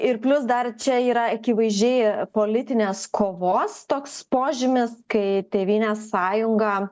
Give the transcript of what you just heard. ir plius dar čia yra akivaizdžiai politinės kovos toks požymis kai tėvynės sąjunga